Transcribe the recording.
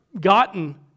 gotten